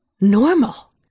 normal